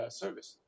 service